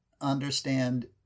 understand